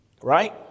Right